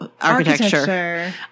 architecture